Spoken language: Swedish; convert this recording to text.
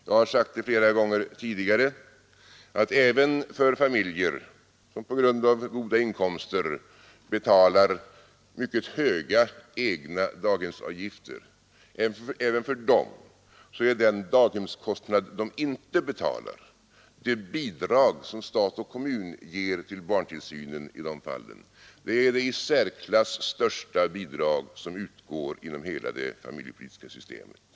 Jag har sagt det flera gånger tidigare att även för familjer som på grund av höga inkomster betalar mycket höga egna daghemsavgifter är den daghemskostnad de inte betalar, det bidrag som stat och kommun ger till barntillsyn i de fallen, det i särklass största bidrag som utgår inom hela det familjepolitiska systemet.